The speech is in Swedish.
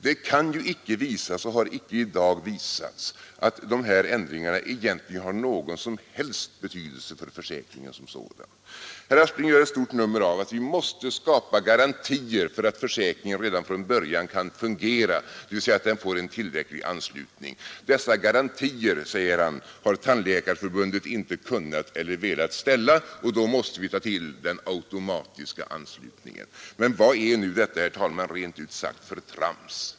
Det kan ju icke visas och har icke i dag visats att dessa ändringar egentligen har någon som helst betydelse för försäkringen som sådan. Herr Aspling gör ett stort nummer av att vi måste skapa garantier för att försäkringen redan från början kan fungera, dvs. att den får en tillräcklig anslutning. Dessa garantier, säger han, har Tandläkarförbundet inte kunnat eller velat ställa, och då måste vi tillgripa den automatiska anslutningen. Men vad är nu detta, herr talman, rent ut sagt för trams?